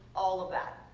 all of that.